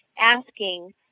asking